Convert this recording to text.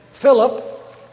Philip